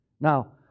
Now